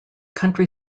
country